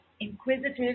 inquisitive